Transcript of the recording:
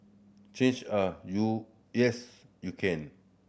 change are you yes you can